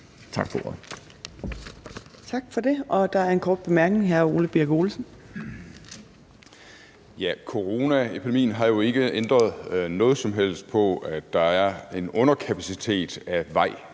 Tak for ordet.